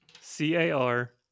C-A-R